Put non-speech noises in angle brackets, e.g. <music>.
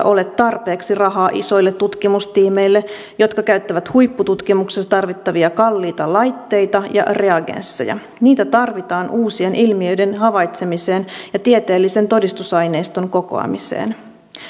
<unintelligible> ole tarpeeksi rahaa isoille tutkimustiimeille jotka käyttävät huippututkimuksessa tarvittavia kalliita laitteita ja reagensseja niitä tarvitaan uusien ilmiöiden havaitsemiseen ja tieteellisen todistusaineiston kokoamiseen